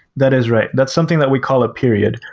that is right. that's something that we call a period,